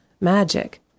magic